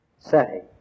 say